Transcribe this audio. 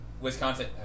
Wisconsin –